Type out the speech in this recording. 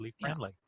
friendly